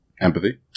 Empathy